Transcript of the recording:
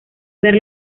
ver